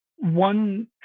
One